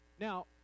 Now